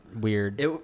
weird